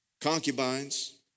concubines